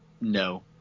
no